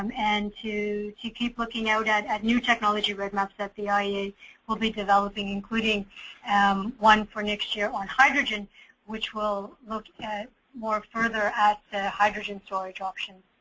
um and to to keep looking at at new technology roadmaps that the iea will be developing including um one for next year on hydrogen which will look at more further at hydrogen storage option.